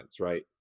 right